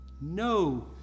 No